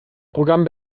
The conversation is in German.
programm